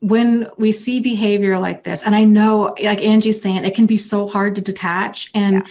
when we see behavior like this and i know, like angie saying, it can be so hard to detach and